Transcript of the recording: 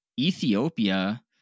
Ethiopia